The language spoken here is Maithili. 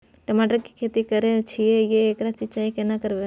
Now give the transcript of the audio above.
टमाटर की खेती करे छिये ते एकरा सिंचाई केना करबै?